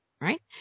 Right